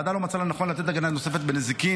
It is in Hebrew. הוועדה לא מצאה לנכון לתת הגנה נוספת בנזיקין,